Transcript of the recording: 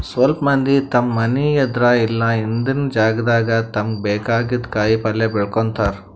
ಸ್ವಲ್ಪ್ ಮಂದಿ ತಮ್ಮ್ ಮನಿ ಎದ್ರ್ ಇಲ್ಲ ಹಿಂದಿನ್ ಜಾಗಾದಾಗ ತಮ್ಗ್ ಬೇಕಾಗಿದ್ದ್ ಕಾಯಿಪಲ್ಯ ಬೆಳ್ಕೋತಾರ್